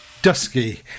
Dusky